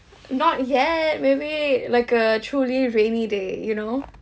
not yet maybe like a truly rainy day you know